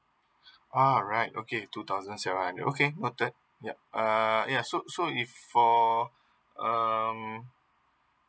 ah right okay two thousand seven hundred okay note that yup uh ya so so if for um